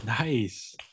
Nice